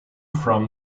from